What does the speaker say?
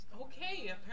Okay